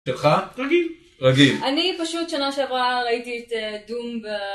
רגיל, אני פשוט שנה שעברה ראיתי את דום